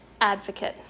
advocate